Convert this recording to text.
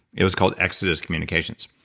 it was called exodus communication. so